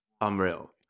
unreal